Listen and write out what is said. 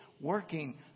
working